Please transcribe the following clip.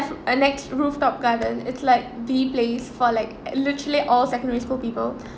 at nex rooftop garden it's like the place for like literally all secondary school people